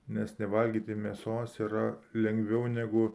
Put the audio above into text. nes nevalgyti mėsos yra lengviau negu